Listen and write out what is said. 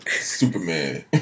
Superman